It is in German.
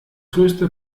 größte